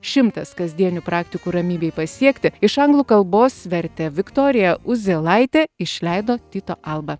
šimtas kasdienių praktikų ramybei pasiekti iš anglų kalbos vertė viktorija uzėlaitė išleido tyto alba